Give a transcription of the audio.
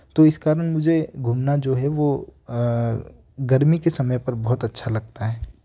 तो इस कारण मुझे घूमना जो है वह गर्मी के समय पर बहुत अच्छा लगता है